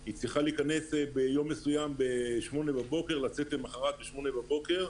היא צריכה להיכנס ביום מסוים בשמונה בבוקר ולצאת למוחרת בשמונה בבוקר,